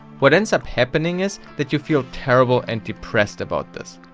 what ends up happening is that you feel terrible and depressed about this.